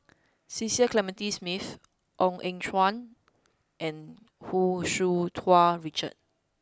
Cecil Clementi Smith Ong Eng Guan and Hu Tsu Tau Richard